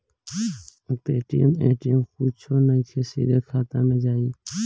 Paytm ATM कुछो नइखे, सीधे खाता मे जाई